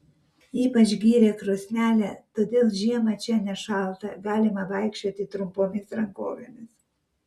ypač gyrė krosnelę todėl žiemą čia nešalta galima vaikščioti trumpomis rankovėmis